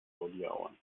hodiaŭan